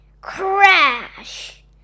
Crash